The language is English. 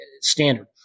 standard